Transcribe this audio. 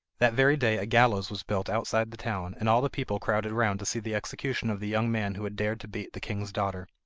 that very day a gallows was built outside the town, and all the people crowded round to see the execution of the young man who had dared to beat the king's daughter.